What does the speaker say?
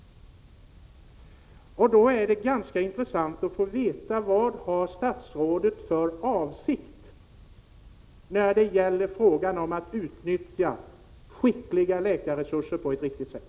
Då är det ganska intressant att få veta vad statsrådet har för avsikt när det gäller att utnyttja skickliga läkarresurser på ett riktigt sätt.